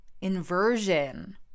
inversion